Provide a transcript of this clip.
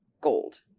gold